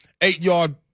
eight-yard